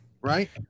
right